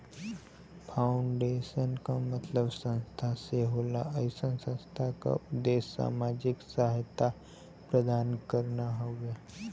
foundation क मतलब संस्था से होला अइसन संस्था क उद्देश्य सामाजिक सहायता प्रदान करना हउवे